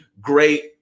great